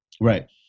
Right